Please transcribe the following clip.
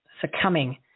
succumbing